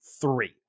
three